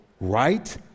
right